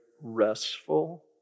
restful